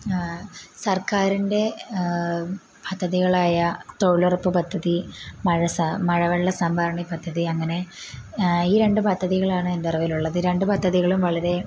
സർക്കാരിൻറ്റെ പദ്ധതികളായ തൊഴിലുറപ്പ് പദ്ധതി മഴസ മഴ വെള്ള സംഭരണി പദ്ധതി അങ്ങനെ ഈ രണ്ട് പദ്ധതികളാണ് എൻറ്ററിവിലുള്ളത് രണ്ട് പദ്ധതികളും വളരെ